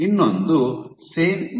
ಇನ್ನೊಂದು ಸೆನ್ Sen